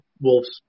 wolves